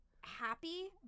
happy